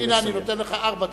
הנה, אני נותן לך ארבע דקות.